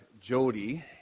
Jody